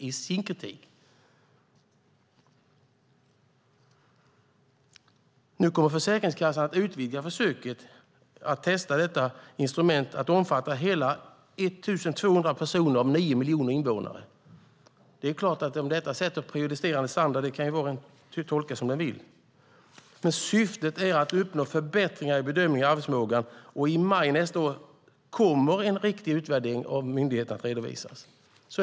Försäkringskassan kommer nu att utvidga försöket med att testa detta nya instrument till att omfatta hela 1 200 personer av landets 9 miljoner invånare. Om detta leder till prejudicerande standard kan var och en tolka som man vill, men syftet är att uppnå förbättringar i bedömningarna av arbetsförmåga. I maj nästa år kommer en riktig utvärdering av myndigheten att redovisas.